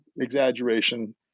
exaggeration